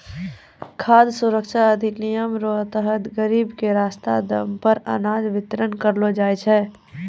खाद सुरक्षा अधिनियम रो तहत गरीब के सस्ता दाम मे अनाज बितरण करलो जाय छै